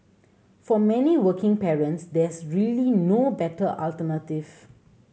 for many working parents there's really no better alternative